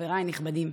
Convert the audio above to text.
חבריי הנכבדים,